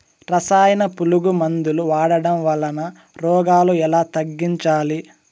రసాయన పులుగు మందులు వాడడం వలన రోగాలు ఎలా తగ్గించాలి?